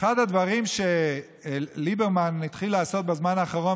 אחד הדברים שליברמן התחיל לעשות בזמן האחרון,